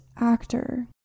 Actor